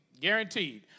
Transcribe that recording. Guaranteed